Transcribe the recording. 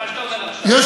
את מה שאתה אומר עכשיו.